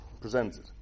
presented